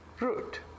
root